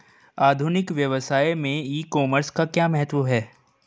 आधुनिक व्यवसाय में ई कॉमर्स का क्या महत्व है?